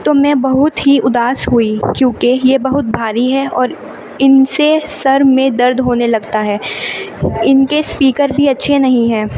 تو میں بہت ہی اداس ہوئی کیونکہ یہ بہت بھاری ہے اور ان سے سر میں درد ہونے لگتا ہے ان کے اسپیکر بھی اچھے نہیں ہیں